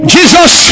Jesus